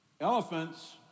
Elephants